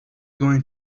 going